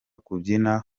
kubyina